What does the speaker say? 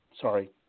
Sorry